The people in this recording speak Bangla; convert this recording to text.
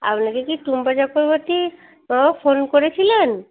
আপনাকে কি টুম্পা চক্রবর্তী বাবা ফোন করেছিলেন